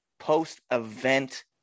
post-event